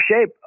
shape